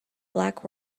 black